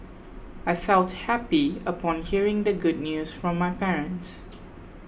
I felt happy upon hearing the good news from my parents